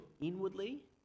inwardly